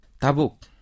Tabuk